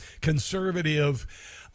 conservative